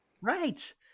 Right